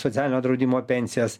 socialinio draudimo pensijas